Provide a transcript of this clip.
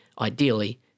ideally